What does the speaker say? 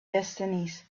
destinies